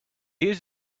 use